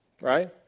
Right